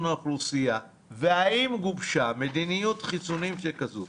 האוכלוסייה והאם גובשה מדיניות חיסונים כזו.